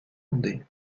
condé